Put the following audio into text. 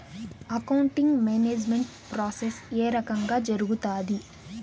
accounting management process ఏ రకంగా జరుగుతాది